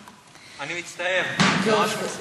אני מצטער, אני ממש מצטער.